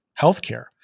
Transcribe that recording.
Healthcare